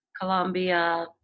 Colombia